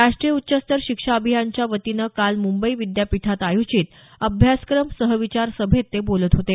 राष्ट्रीय उच्चतर शिक्षा अभियानच्या वतीनं काल मुंबई विद्यापीठात आयोजित अभ्यासक्रम सहविचार सभेत ते बोलत होते